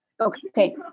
Okay